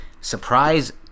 surprise